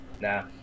Nah